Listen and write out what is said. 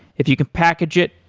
if you can package it,